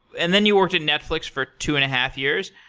and then, you worked at netflix for two and a half years.